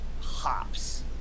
hops